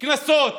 קנסות